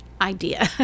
idea